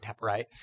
right